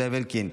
זאב אלקין,